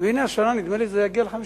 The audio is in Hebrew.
והנה השנה, נדמה לי זה יגיע ל-50%.